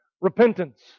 repentance